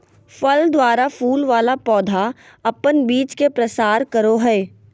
फल द्वारा फूल वाला पौधा अपन बीज के प्रसार करो हय